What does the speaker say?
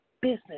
business